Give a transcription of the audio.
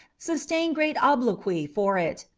sustained great obloquy for it,